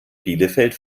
bielefeld